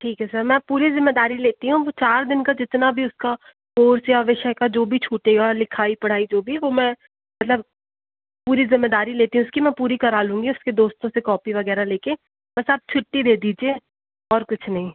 ठीक है सर मैं पूरे ज़िम्मेदारी लेती हूँ वो चार दिन का जितना भी उसका कोर्स या विषय का जो भी छूटेगा लिखाई पढ़ाई जो भी वो मैं मतलब पूरी ज़िम्मेदारी लेती हूँ उसकी मैं पूरी करा लूँगी उसके दोस्तों से कौपी वग़ैरह ले के बस सर आप छुट्टी दे दीजिए और कुछ नहीं